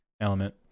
Element